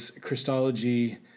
Christology